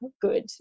good